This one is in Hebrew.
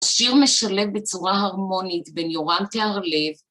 שיר משלב בצורה הרמונית בין יורם טהרלב